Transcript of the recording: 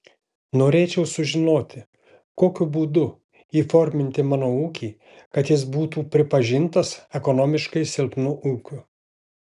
norėčiau sužinoti kokiu būdu įforminti mano ūkį kad jis būtų pripažintas ekonomiškai silpnu ūkiu